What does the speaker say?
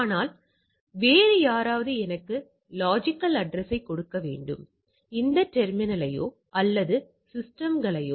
இப்போது மருந்துப்போலிக்கும் மருந்துக்கும் இடையே வித்தியாசம் உள்ளதா அல்லது வித்தியாசம் இல்லையா